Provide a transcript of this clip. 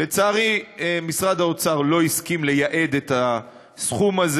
לצערי, משרד האוצר לא הסכים לייעד את הסכום הזה.